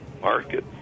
market